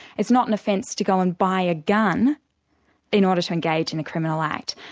it's not an offence to go and buy a gun in order to engage in a criminal act,